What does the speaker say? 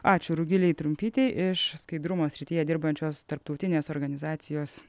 ačiū rugilei trumpytei iš skaidrumo srityje dirbančios tarptautinės organizacijos